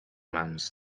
lands